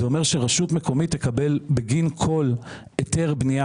זה אומר שרשות מקומית תקבל בגין כל היתר בנייה